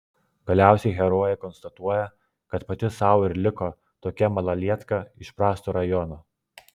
galiausiai herojė konstatuoja kad pati sau ir liko tokia malalietka iš prasto rajono